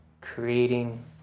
creating